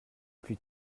plus